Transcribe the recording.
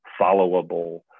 followable